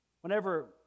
whenever